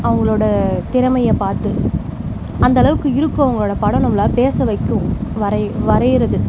அவங்களோட திறமையை பார்த்து அந்தளவுக்கு இருக்கும் அவங்களோட படம் நம்மள பேச வைக்கும் வரை வரைகிறது